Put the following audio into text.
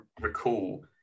recall